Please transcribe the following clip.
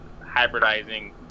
hybridizing